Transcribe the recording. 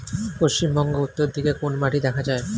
পশ্চিমবঙ্গ উত্তর দিকে কোন মাটি দেখা যায়?